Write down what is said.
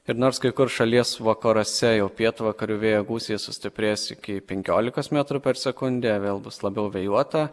ir nors kai kur šalies vakaruose jau pietvakarių vėjo gūsiai sustiprės iki penkiolikos metrų per sekundę vėl bus labiau vėjuota